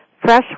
Fresh